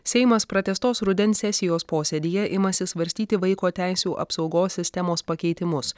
seimas pratęstos rudens sesijos posėdyje imasi svarstyti vaiko teisių apsaugos sistemos pakeitimus